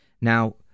Now